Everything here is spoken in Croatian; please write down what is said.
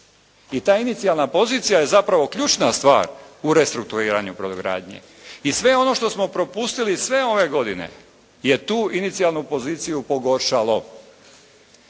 I ta inicijalna pozicija je zapravo ključna stvar u restrukturiranju brodogradnje. I sve ono što smo propustili, sve ove godine je tu inicijalnu poziciju pogoršalo.